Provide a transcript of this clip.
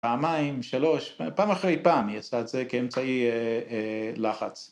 פעמיים, שלוש, פעם אחרי פעם היא עשתה את זה כאמצעי לחץ.